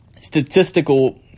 statistical